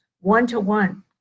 one-to-one